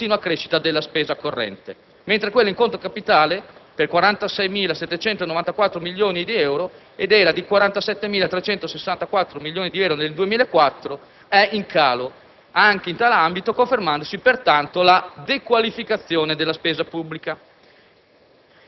una continua crescita della spesa corrente mentre quella in conto capitale, per 46.794 milioni di euro (era 47.364 milioni di euro nel 2004) è in calo, anche in tale ambito confermandosi pertanto la dequalificazione della spesa pubblica.